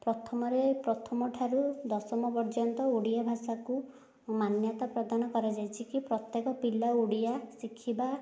ପ୍ରଥମରେ ପ୍ରଥମଠାରୁ ଦଶମ ପର୍ଯ୍ୟନ୍ତ ଓଡ଼ିଆ ଭାଷାକୁ ମାନ୍ୟତା ପ୍ରଦାନ କରାଯାଇଛି କି ପ୍ରତ୍ୟକ ପିଲା ଓଡ଼ିଆ ଶିଖିବା